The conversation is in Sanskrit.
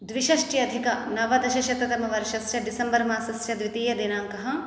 द्विषष्ट्यधिकनवदशशततमवर्षस्य डिसम्बर् मासस्य द्वितीयदिनाङ्कः